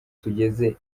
tugeze